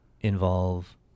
involve